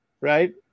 right